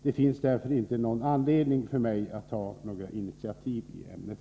Det finns därför inte någon anledning för mig att ta några initiativ i ämnet.